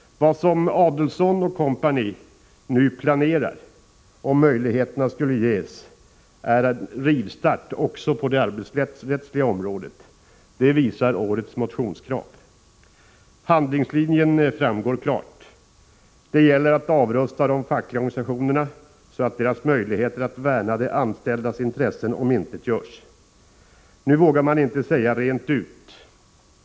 Vad Adelsohn och kompani nu planerar, om möjligheterna skulle ges, är en rivstart också på det arbetsrättsliga området. Det visar årets motionskrav. Handlingslinjen framgår klart. Det gäller att avrusta de fackliga organisationerna så att deras möjligheter att värna de anställdas intressen omintetgörs. Nu vågar man inte säga det rent ut.